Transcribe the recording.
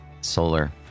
solar